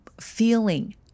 feeling